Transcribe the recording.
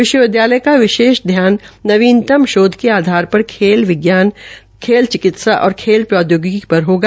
विश्वविदयालय का विशेष ध्यान नवीनतम शोध के आधार पर खेल विज्ञान खेल चिकित्सा और खेल प्रौदयोगिकी पर होगा